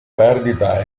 perdita